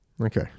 Okay